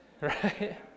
right